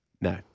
No